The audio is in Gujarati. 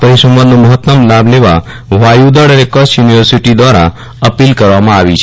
પરિસંવાદનો મહતમ લાભ લેવા વાયુદળ અને કચ્છ યુનિ દ્વારા અપીલ કરવામાં આવી છે